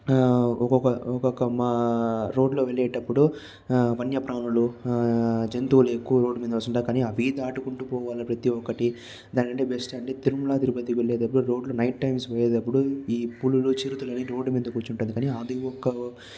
ఒక్కొక్క ఒక్కొక్క మా రోడ్ లో వెళ్ళేటప్పుడు వన్యప్రాణులు జంతువులు ఎక్కువగా రోడ్డు మీదకు వస్తుంటాయి కానీ అవి దాటుకుంటూ పోవాలి ప్రతి ఒక్కటి దానిలో బెస్ట్ అంటే తిరుమల తిరుపతి వెళ్ళేటప్పుడు రోడ్ లో నైట్ టైమ్స్ పోయేటప్పుడు ఈ పులులు చిరుతలు అనేటివి రోడ్డు మీద కూర్చుంటుంది కానీ అది ఒక్క